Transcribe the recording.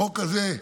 החוק הזה,